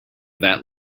that